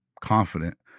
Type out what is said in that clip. confident